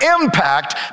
impact